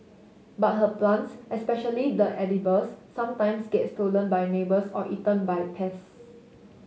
but her plants especially the edibles sometimes get stolen by neighbours or eaten by pests